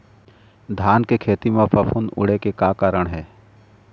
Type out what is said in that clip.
धान के खेती म फफूंद उड़े के का कारण हे?